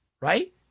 Right